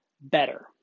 better